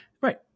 Right